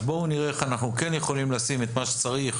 בואו נראה איך אנחנו כן יכולים לשים את מה שצריך